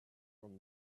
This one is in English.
from